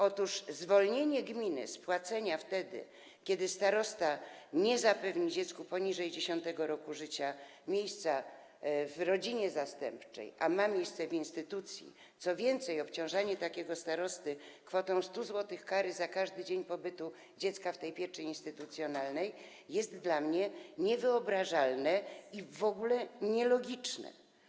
Otóż zwolnienie gminy z płacenia wtedy, kiedy starosta nie zapewni dziecku poniżej 10. roku życia miejsca w rodzinie zastępczej, a ma miejsce w instytucji, co więcej, obciążanie takiego starosty kwotą 100 zł kary za każdy dzień pobytu dziecka w tej pieczy instytucjonalnej jest dla mnie niewyobrażalne i w ogóle nielogiczne.